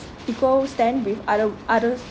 equal stand with other other